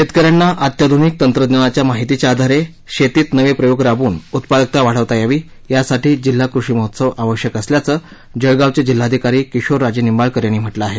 शेतकऱ्यांना अत्याधुनिक तंत्रज्ञानाच्या माहितीच्या आधारे शेतीत नवे प्रयोग राबवून उत्पादकता वाढावता यावी यासाठी जिल्हा कृषी महोत्सव आवश्यक असल्याचं जळगावचे जिल्हाधिकारी किशोर राजे निंबाळकर यांनी म्हटलं आहे